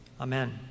Amen